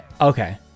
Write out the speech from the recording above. Okay